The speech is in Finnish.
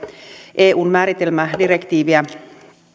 eun määritelmädirektiiviä